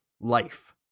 life